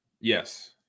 Yes